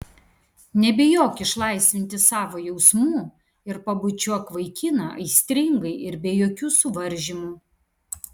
nebijok išlaisvinti savo jausmų ir pabučiuok vaikiną aistringai ir be jokių suvaržymų